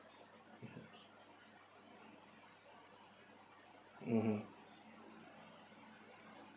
mmhmm